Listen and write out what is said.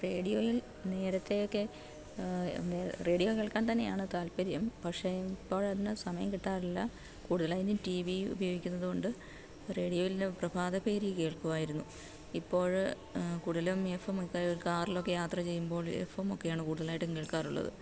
റേഡിയോയില് നേരത്തേ ഒക്കെ റേഡിയോ കേള്ക്കാന് തന്നെയാണ് താല്പ്പര്യം പക്ഷേ ഇപ്പോഴതിന് സമയം കിട്ടാറില്ല കൂടുതലതിന് ടി വി ഉപയോഗിക്കുന്നതുകൊണ്ട് റേഡിയോയില് പ്രഭാതഭേരി കേള്ക്കുമായിരുന്നു ഇപ്പോള് കൂടുതലും എഫെമ്മൊക്കെ കാറിലൊക്കെ യാത്ര ചെയ്യുമ്പോള് എഫെമ്മൊക്കെയാണ് കൂടുതലായിട്ടും കേള്ക്കാറുള്ളത്